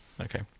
Okay